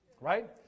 Right